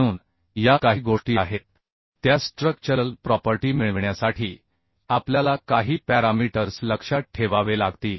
म्हणून या काही गोष्टी आहेत त्या स्ट्रक्चरल प्रॉपर्टी मिळविण्यासाठी आपल्याला काही पॅरामीटर्स लक्षात ठेवावे लागतील